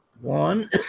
One